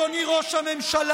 אדוני ראש הממשלה,